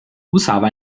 usava